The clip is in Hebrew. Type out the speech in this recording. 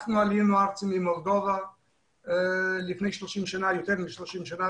אנחנו עלינו ארצה ממולדובה לפני יותר מ-30 שנים,